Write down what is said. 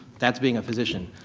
that's being a physician.